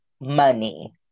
money